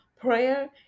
Prayer